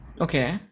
Okay